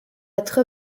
être